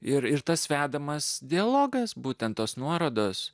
ir ir tas vedamas dialogas būtent tos nuorodos